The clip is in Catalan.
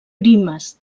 primes